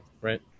right